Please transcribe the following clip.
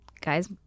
guys